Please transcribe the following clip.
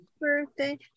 birthday